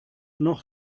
noch